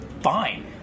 fine